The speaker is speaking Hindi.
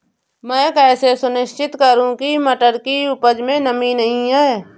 मैं कैसे सुनिश्चित करूँ की मटर की उपज में नमी नहीं है?